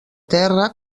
terra